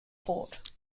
fort